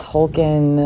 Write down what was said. Tolkien